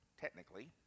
technically